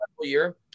year